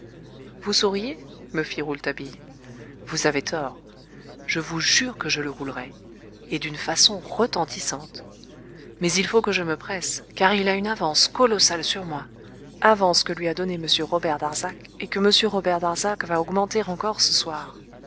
vous souriez me fit rouletabille vous avez tort je vous jure que je le roulerai et d'une façon retentissante mais il faut que je me presse car il a une avance colossale sur moi avance que lui a donnée m robert darzac et que m robert darzac va augmenter encore ce soir